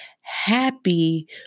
happy